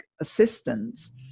assistance